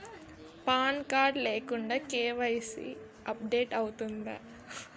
Pan card లేకుండా KYC update అవుతుందా?